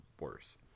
worse